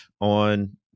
on